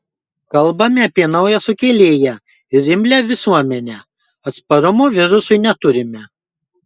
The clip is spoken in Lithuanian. kalbame apie naują sukėlėją ir imlią visuomenę atsparumo virusui neturime